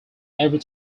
every